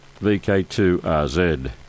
VK2RZ